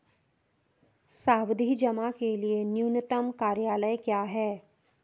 सावधि जमा के लिए न्यूनतम कार्यकाल क्या है?